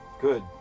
Good